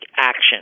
action